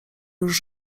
już